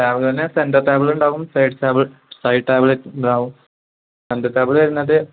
table തന്നെ centre table ഉണ്ടാകും side table side table ഉണ്ടാകും സെൻറർ ടേബിൾ വരുന്നത്